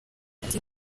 ati